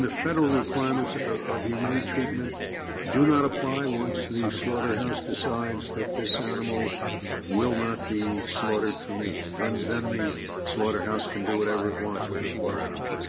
federal requirements of humane treatment do not apply once the slaughterhouse decides that this animal will not be slaughtered for meat then then the slaughterhouse can do whatever it wants with the poor animal?